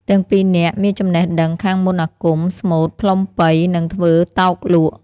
ទាំងពីរនាក់មានចំណេះដឹងខាងមន្តអាគម ស្មូត្រ ផ្លុំប៉ី និងធ្វើតោកលក់។